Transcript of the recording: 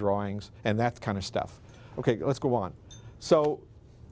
drawings and that kind of stuff ok let's go on so